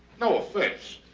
no offense.